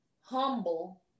humble